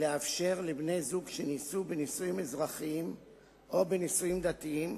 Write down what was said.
מבקשת לאפשר לבני-זוג שנישאו בנישואים אזרחיים או בנישואים דתיים